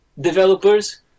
developers